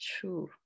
true